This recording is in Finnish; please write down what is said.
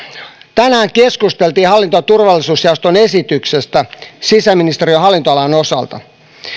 tänään keskusteltiin hallinto ja turvallisuusjaoston esityksestä sisäministeriön hallinnonalan osalta